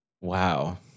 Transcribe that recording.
Wow